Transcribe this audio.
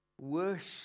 worship